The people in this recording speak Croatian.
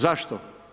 Zašto?